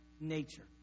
nature